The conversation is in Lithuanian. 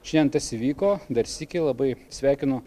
šiandien tas įvyko dar sykį labai sveikinu